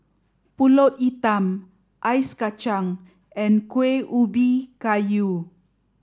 Pulut Hitam Ice Kacang and Kuih Ubi Kayu